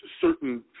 certain